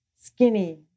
skinny